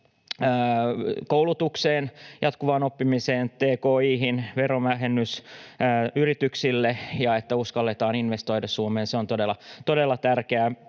koulutukseen, jatkuvaan oppimiseen, tki:hin. Verovähennys yrityksille, että uskalletaan investoida Suomeen, on todella tärkeä.